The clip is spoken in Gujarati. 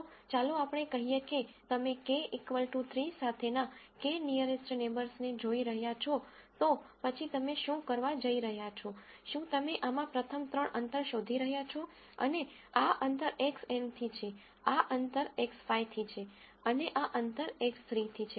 જો ચાલો આપણે કહીએ કે તમે k 3 સાથેના k નીઅરેસ્ટ નેબર્સ ને જોઈ રહ્યા છો તો પછી તમે શું કરવા જઇ રહ્યા છો શું તમે આમાં પ્રથમ ત્રણ અંતર શોધી રહ્યા છો અને આ અંતર Xn થી છે આ અંતર X5 થી છે અને આ અંતર X3 થી છે